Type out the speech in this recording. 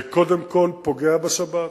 זה קודם כול פוגע בשבת,